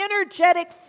energetic